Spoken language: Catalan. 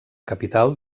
capital